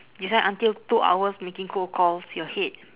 this one until two hours making cold calls your head